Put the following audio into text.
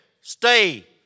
stay